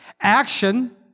Action